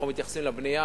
אנחנו מתייחסים לבנייה.